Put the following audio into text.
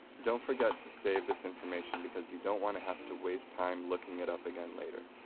don't forget to save this information because, you don't want to have to waste time looking it up again later.